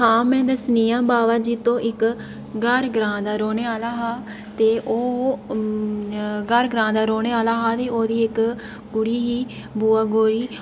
हां में दस्सनियां बावा जित्तो इक ग्हार ग्रांऽ दा रौह्ने आह्ला हा ते ओह् ग्हार ग्रांऽ दा रौह्ने आह्ला हा ते ओह्दी इक कुड़ी ही बुआ कौड़ी